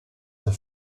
the